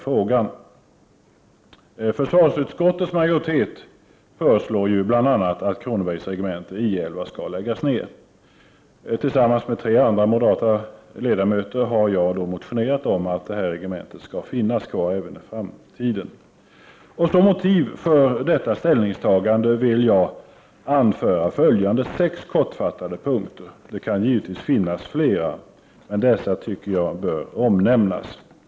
Försvarsutskottets majoritet föreslår bl.a. att Kronobergs regemente, I 11, skall läggas ned. Tillsammans med tre andra moderata ledamöter har jag motionerat om att detta regemente skall finnas kvar även i framtiden. Som motiv för detta ställningstagande vill jag anföra följande sex kortfattade punkter. Det kan givetvis finnas fler, men jag anser att dessa bör omnämnas.